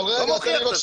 לא מוכיח את עצמו.